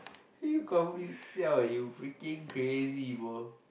you call me you siao eh you freaking crazy bro